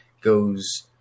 goes